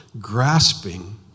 Grasping